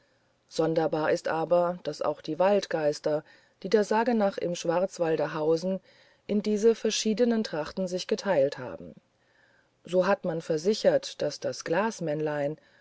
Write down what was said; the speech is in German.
sonderbar ist es aber daß auch die waldgeister die der sage nach im schwarzwalde hausen in diese verschiedenen trachten sich geteilt haben so hat man versichert daß das